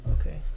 Okay